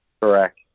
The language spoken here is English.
Correct